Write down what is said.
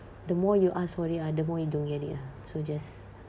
the more you ask for it ah the more you don't get it ah so just